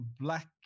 black